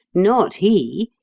not he.